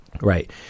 Right